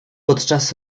podczas